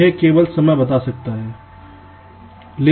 यह केवल समय बता सकता है संदर्भ समय 1600